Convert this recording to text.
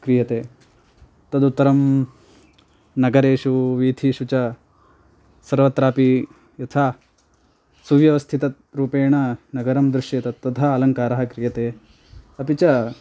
क्रियते तदुत्तरं नगरेषु वीथिषु च सर्वत्रापि यथा सुव्यवस्थिततरूपेण नगरं दृश्येत तथा अलङ्कारः क्रियते अपि च